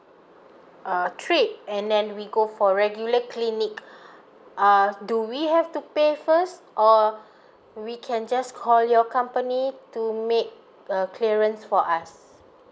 err trip and then we go for regular clinic uh do we have to pay first or we can just call your company to make a clearance for us